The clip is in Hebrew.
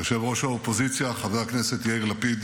יושב-ראש האופוזיציה חבר הכנסת יאיר לפיד,